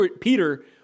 Peter